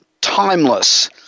timeless